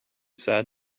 said